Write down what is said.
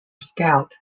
scout